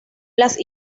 las